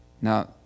now